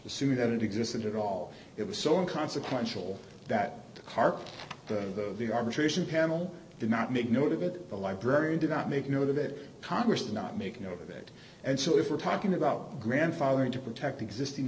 assuming that it existed at all it was so inconsequential that the the arbitration panel did not make note of it the library did not make note of it congress not making over that and so if we're talking about grandfathering to protect existing